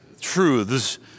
truths